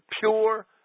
pure